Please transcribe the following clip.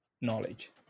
knowledge